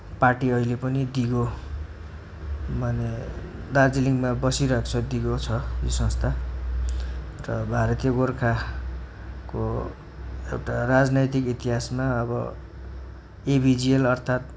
party अहिले पनि दिगो माने दार्जिलिङमा बसिराख्छ दिगो छ यो संस्था र भारतीय गोर्खाको एउटा राजनैतिक इतिहासमा अब एभिजिएल अर्थात